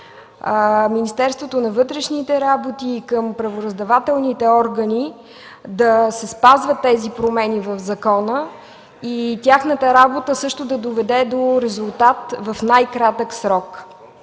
Министерството на вътрешните работи, и към правораздавателните органи – да се спазват тези промени в закона и тяхната работа също да доведе до резултат в най-кратък срок.